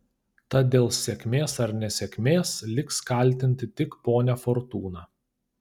tad dėl sėkmės ar nesėkmės liks kaltinti tik ponią fortūną